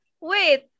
wait